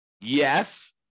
Yes